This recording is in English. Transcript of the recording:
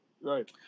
Right